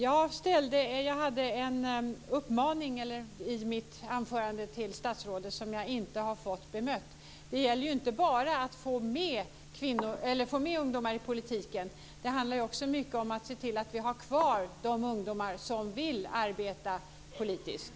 Jag hade en uppmaning i mitt anförande till statsrådet som jag inte har fått bemött. Det gäller inte bara att få med ungdomar i politiken utan också om att se till att vi får ha kvar de ungdomar som vill arbeta politiskt.